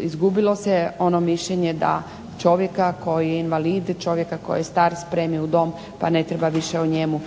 izgubilo se ono mišljenje da čovjeka koji je invalid, čovjeka koji je star spremi u dom pa ne treba više o njemu